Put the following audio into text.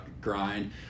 grind